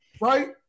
right